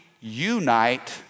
unite